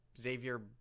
Xavier